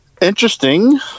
Interesting